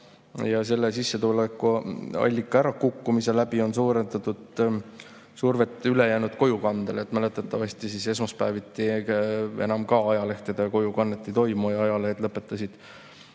ja selle sissetulekuallika ärakukkumisega on suurendatud survet ülejäänud kojukandele. Mäletatavasti esmaspäeviti enam ajalehtede kojukannet ei toimu ja ajalehed lõpetasid